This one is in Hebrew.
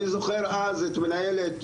אני זוכר אז את מנהלת,